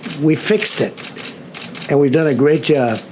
we fixed it and we've done a great job.